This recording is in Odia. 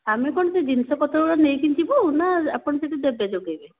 ଆମେ କ'ଣ ସେଇ ଜିନିଷ ପତ୍ରଗୁଡ଼ା ନେଇକି ଯିବୁ ନା ଆପଣ ସେଇଠି ଦେବେ ଯୋଗେଇବେ